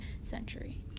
century